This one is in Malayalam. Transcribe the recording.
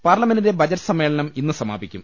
പാർലമെന്റിന്റെ ബജറ്റ് സമ്മേളനം ഇന്ന് സമാപിക്കും